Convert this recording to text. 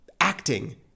acting